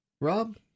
Rob